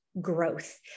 growth